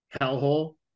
hellhole